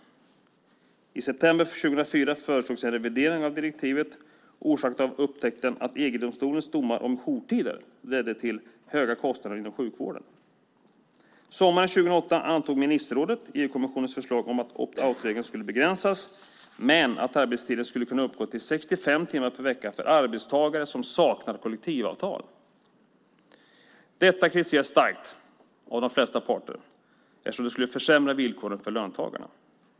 I september 2004 föreslogs en revidering av direktivet orsakat av upptäckten att EG-domstolens domar om jourtider ledde till höga kostnader inom sjukvården. Sommaren 2008 antog ministerrådet EU-kommissionens förslag om att opt-out-regeln skulle begränsas men att arbetstiden skulle kunna uppgå till 65 timmar per vecka för arbetstagare som saknar kollektivavtal. Detta kritiserades starkt av de flesta parter eftersom det skulle försämra villkoren för löntagarna.